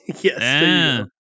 Yes